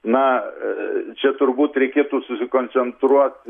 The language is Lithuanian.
na čia turbūt reikėtų susikoncentruoti